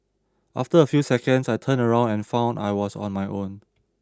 after a few seconds I turned around and found I was on my own